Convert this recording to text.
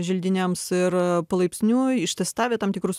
želdiniams ir palaipsniui ištestavę tam tikrus